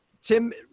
Tim